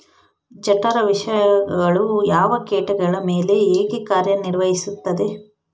ಜಠರ ವಿಷಯಗಳು ಯಾವ ಕೇಟಗಳ ಮೇಲೆ ಹೇಗೆ ಕಾರ್ಯ ನಿರ್ವಹಿಸುತ್ತದೆ?